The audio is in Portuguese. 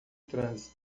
trânsito